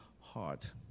heart